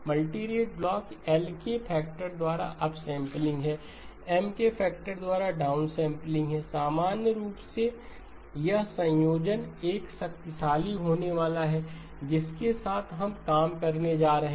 multirate block L के factor द्वारा upsampling है M के फैक्टर द्वारा डाउन सैंपलिंग है सबसे सामान्य रूप यह संयोजन एक शक्तिशाली होने वाला है जिसके साथ हम काम करने जा रहे हैं